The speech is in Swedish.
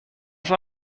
ska